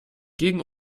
gegen